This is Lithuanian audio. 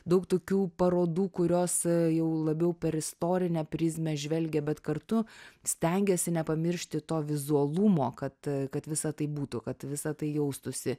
daug tokių parodų kurios jau labiau per istorinę prizmę žvelgia bet kartu stengiasi nepamiršti to vizualumo kad kad visa tai būtų kad visa tai jaustųsi